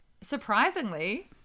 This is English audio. surprisingly